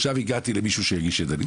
עכשיו הגעתי למישהו שהגיש ידנית.